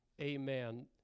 Amen